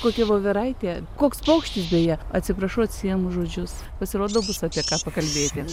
kokia voveraitė koks paukštis beje atsiprašau atsiimu žodžius pasirodo bus apie ką pakalbėti